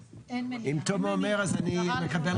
אם תומר אומר אז אני מקבל.